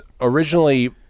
originally